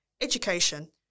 education